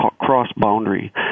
cross-boundary